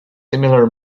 similar